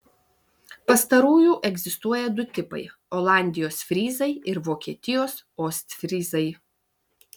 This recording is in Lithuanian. pastarųjų egzistuoja du tipai olandijos fryzai ir vokietijos ostfryzai